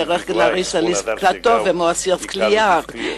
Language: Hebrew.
דרך קלריס ליספקטור ומואסיר סקליאר,